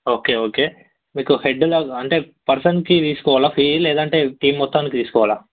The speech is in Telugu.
ఓకే ఓకే మీకు హెడ్లాగా అంటే పర్సన్కి తీసుకోవాలా ఫీ లేదంటే టీమ్ మొత్తానికి తీసుకోవాలా